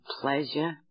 pleasure